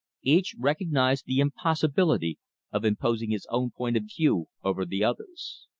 each recognized the impossibility of imposing his own point of view over the other's.